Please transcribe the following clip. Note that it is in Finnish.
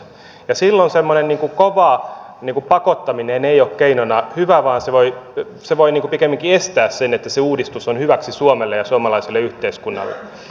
ja silloin semmoinen kova pakottaminen ei ole keinona hyvä vaan se voi pikemminkin estää sen että se uudistus on hyväksi suomelle ja suomalaiselle yhteiskunnalle